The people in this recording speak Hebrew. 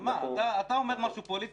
אתה אומר משהו פוליטי ואתה מצפה שאנחנו לא?